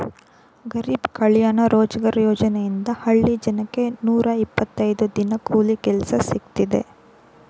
ಗರಿಬ್ ಕಲ್ಯಾಣ ರೋಜ್ಗಾರ್ ಯೋಜನೆಯಿಂದ ಹಳ್ಳಿ ಜನಕ್ಕೆ ನೂರ ಇಪ್ಪತ್ತೈದು ದಿನ ಕೂಲಿ ಕೆಲ್ಸ ಸಿಕ್ತಿದೆ